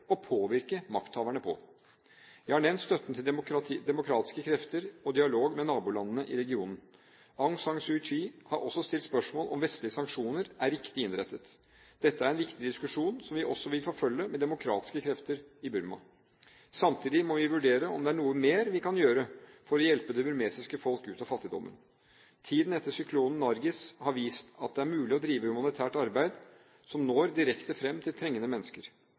og påvirke makthaverne på. Jeg har nevnt støtten til demokratiske krefter og dialog med nabolandene i regionen. Aung San Suu Kyi har også stilt spørsmål om vestlige sanksjoner er riktig innrettet. Dette er en viktig diskusjon som vi også vil forfølge med demokratiske krefter i Burma. Samtidig må vi vurdere om det er noe mer vi kan gjøre for å hjelpe det burmesiske folk ut av fattigdommen. Tiden etter syklonen Nargis har vist at det er mulig å drive humanitært arbeid som når direkte fram til trengende mennesker.